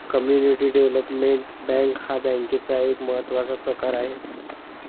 community development bank हा बँकेचा एक महत्त्वाचा प्रकार आहे